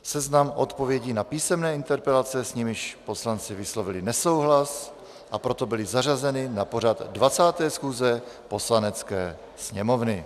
Seznam odpovědí na písemné interpelace, s nimiž poslanci vyslovili nesouhlas, a proto byly zařazeny na pořad 20. schůze Poslanecké sněmovny.